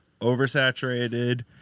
oversaturated